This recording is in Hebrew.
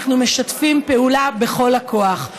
אנחנו משתפים פעולה בכל הכוח.